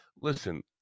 Listen